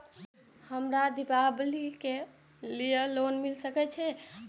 हमरा के दीपावली के लीऐ लोन मिल सके छे?